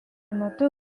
metu